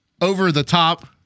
over-the-top